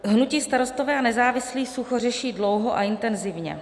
Hnutí Starostové a nezávislí sucho řeší dlouho a intenzivně.